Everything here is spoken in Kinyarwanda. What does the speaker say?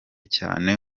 cyane